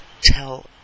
tell